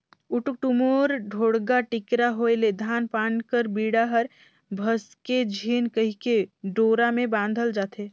उटुक टुमुर, ढोड़गा टिकरा होए ले धान पान कर बीड़ा हर भसके झिन कहिके डोरा मे बाधल जाथे